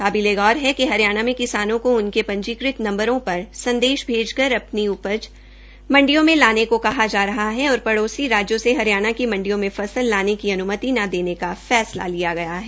काबिले गौर है कि हरियाणा में किसानों को उनके पंजीकृत नंबरों पर संदेश भैजकर अपनी उपज मंडियों में लाने को कहा जा रहा है और पड़ोसी राज्यों से हरियाणा की मंडियों में फसल लाने की अनुमति न देने का फैसला लिया गया है